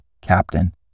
captain